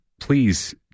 please